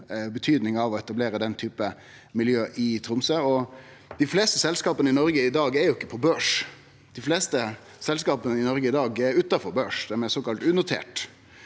betydinga av å etablere den typen miljø i Tromsø. Dei fleste selskapa i Noreg i dag er ikkje på børs. Dei fleste selskapa i Noreg i dag er utanfor børs, dei er såkalla unoterte,